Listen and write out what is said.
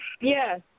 Yes